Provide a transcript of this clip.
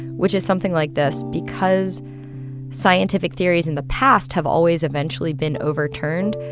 which is something like this because scientific theories in the past have always eventually been overturned,